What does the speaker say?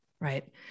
right